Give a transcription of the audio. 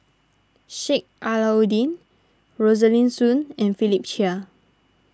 Sheik Alau'ddin Rosaline Soon and Philip Chia